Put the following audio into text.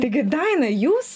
taigi daina jūs